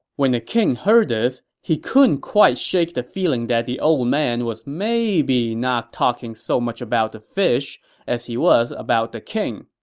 when the king heard this, he couldn't quite shake the feeling that the old man was maybe not talking so much about fish as he was about the king.